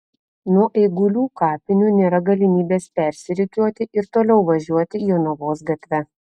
nuo eigulių kapinių nėra galimybės persirikiuoti ir toliau važiuoti jonavos gatve